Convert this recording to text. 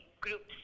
group's